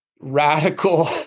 radical